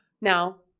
Now